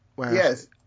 Yes